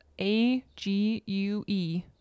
A-G-U-E